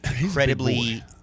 incredibly